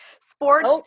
sports